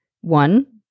one